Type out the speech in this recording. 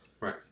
Right